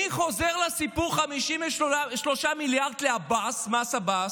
מי חוזר לסיפור 53 מיליארד לעבאס, מס עבאס,